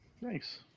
nice